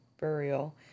burial